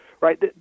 right